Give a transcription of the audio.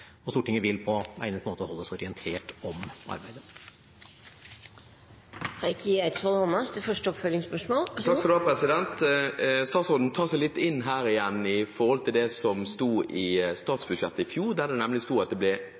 Stortinget vil på egnet måte holdes orientert om arbeidet. Statsråden tar seg litt inn igjen her i forhold til det som sto i statsbudsjettet i fjor, nemlig at vurderingen av spisslast ville bli skjøvet på til senere. Derfor vil jeg sitere fra regjeringserklæringen, og der står det